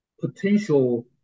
potential